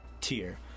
tier